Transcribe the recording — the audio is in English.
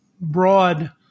broad